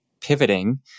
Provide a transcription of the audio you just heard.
pivoting